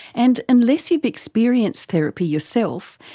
and, unless you've experienced therapy yourself,